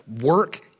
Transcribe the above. work